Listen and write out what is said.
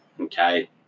Okay